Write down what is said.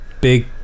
big